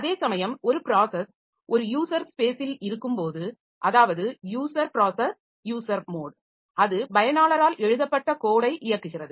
அதேசமயம் ஒரு ப்ராஸஸ் ஒரு யூசர் ஸ்பேஸில் இருக்கும் போது அதாவது யூசர் ப்ராஸஸ் யூசர் மோட் அது பயனாளரால் எழுதப்பட்ட கோடை இயக்குகிறது